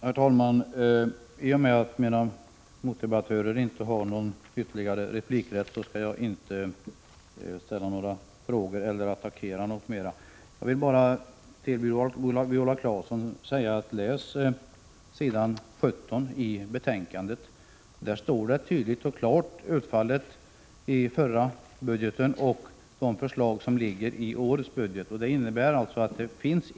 Herr talman! Eftersom mina meddebattörer inte har någon ytterligare replikrätt skall jag inte ställa några frågor eller attackera dem på nytt. Jag vill bara säga till Viola Claesson att hon bör läsa på s. 17 i betänkandet. Där står det tydligt och klart hur stort utfallet blev i förra årets budget och vad som föreslås i årets budget.